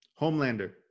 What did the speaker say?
Homelander